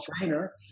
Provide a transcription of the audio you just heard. trainer